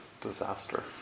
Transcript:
disaster